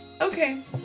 okay